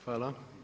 Hvala.